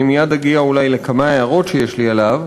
אני מייד אגיע אולי לכמה הערות שיש לי עליו,